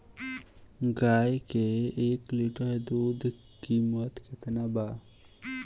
गाय के एक लीटर दूध कीमत केतना बा?